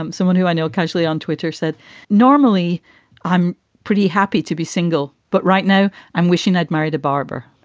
um someone who i know casually on twitter said normally i'm pretty happy to be single, but right now i'm wishing i'd married a barber